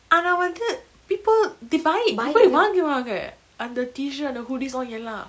ஆனா வந்து:aana vanthu people they buy எப்டி வாங்குவாங்க அந்த:epdi vanguvanga antha T shirt and the hoodies lah எல்லா:ella